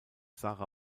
sara